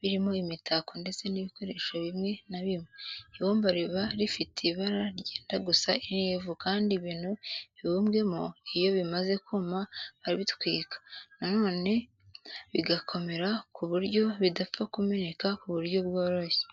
birimo imitako ndetse n'ibikoresho bimwe na bimwe. Ibumba riba rifite ibara ryenda gusa n'ivu kandi ibintu bibumbwemo iyo bimaze kuma barabitwikwa, noneho bigakomera ku buryo bidapfa kumeneka ku buryo bworoshye.